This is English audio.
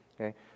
okay